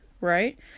right